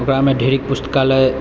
ओकरामे ढेरी पुस्तकालय